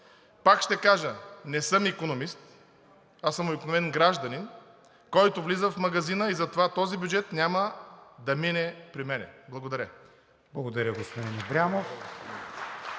Пак ще кажа, не съм икономист, аз съм обикновен гражданин, който влиза в магазина, и затова този бюджет няма да мине при мен. Благодаря. (Ръкопляскания от